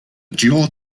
dual